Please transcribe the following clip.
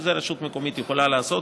שאת זה רשות מקומית יכולה לעשות,